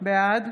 בעד